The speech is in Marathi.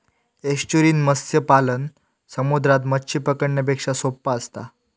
एस्चुरिन मत्स्य पालन समुद्रात मच्छी पकडण्यापेक्षा सोप्पा असता